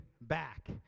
back